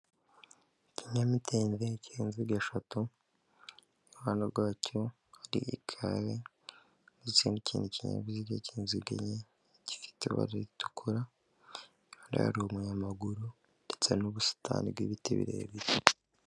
Ikinyamidende ki inzigo eshatu, iruhande rwacyo hari igare n'ikindi kinyabiziga cy'inzige enye gifite ibara ritukura, hari umunyamaguru ndetse n'ubusitani bw'ibiti birebire.